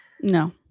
No